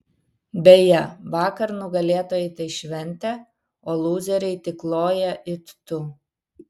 beje vakar nugalėtojai tai šventė o lūzeriai tik loja it tu